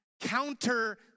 counter